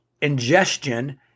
ingestion